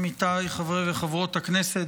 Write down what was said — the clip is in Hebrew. עמיתיי חברי וחברות הכנסת,